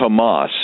Hamas